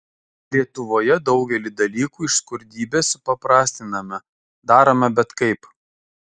lietuvoje daugelį dalykų iš skurdybės supaprastiname darome bet kaip